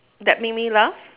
that make me laugh